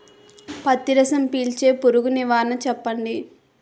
పత్తి రసం పీల్చే పురుగు నివారణ చెప్పండి?